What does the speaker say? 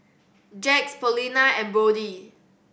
Jax Paulina and Brodie